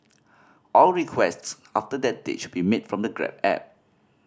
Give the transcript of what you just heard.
all requests after that date should be made from the Grab app